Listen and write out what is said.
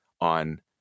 on